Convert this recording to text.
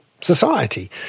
society